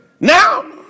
Now